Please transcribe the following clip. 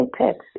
text